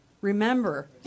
remember